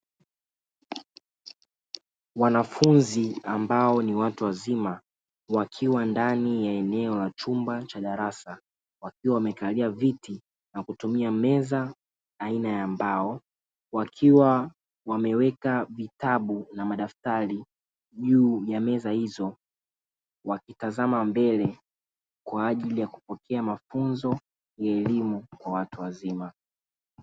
Wanafunzi ambao ni watu wazima wakiwa ndani ya eneo la chumba cha darasa, wakiwa wamekalia viti na kutumia meza aina ya mbao wakiwa wameweka vitabu na madaftari juu ya meza hizo, wakitazama mbele kwa ajili ya kupokea mafunzo ya elimu kwa watu wazima.